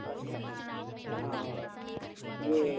अच्छा और यह